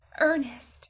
Ernest